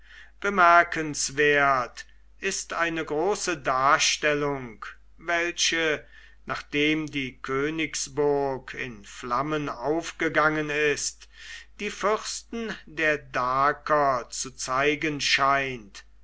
bemerkenswert ist eine große darstellung welche nachdem die königsburg in flammen aufgegangen ist die fürsten der daker zu zeigen scheint